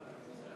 החוק,